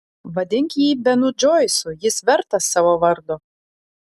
vadink jį benu džoisu jis vertas savo vardo